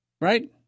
Right